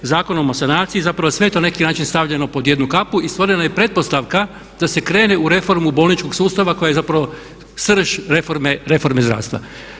Zakonom o sanaciji zapravo sve je to na neki način stavljeno pod jednu kapu i stvorena je pretpostavka da se krene u reformu bolničkog sustava koji je zapravo srž reforme zdravstva.